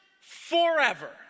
forever